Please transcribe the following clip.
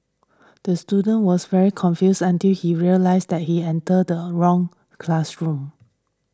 the student was very confused until he realised that he entered the wrong classroom